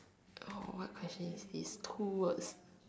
oh what question is this two words